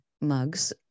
mugs